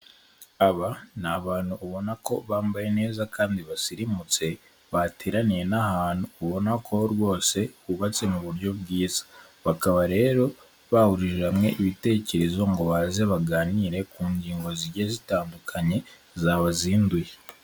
Aba ni abantu ubona ko bambaye neza kandi basirimutse bateraniye n'ahantu ubona ko rwose bubatse mu buryo bwiza, bakaba rero bahuriji hamwe ibitekerezo ngo baze baganire ku ngingo zijye zitandukanye zabazinduye.